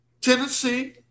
Tennessee